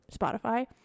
Spotify